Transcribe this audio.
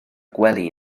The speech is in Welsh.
gwely